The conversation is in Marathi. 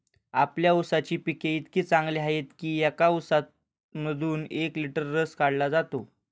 आपल्या ऊसाची पिके इतकी चांगली आहेत की एका ऊसामधून एक लिटर रस काढला जातो